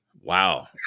Wow